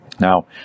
Now